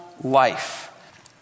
life